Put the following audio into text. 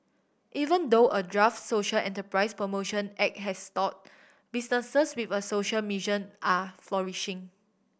even though a draft social enterprise promotion act has stalled businesses with a social mission are flourishing